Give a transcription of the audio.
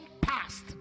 passed